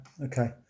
Okay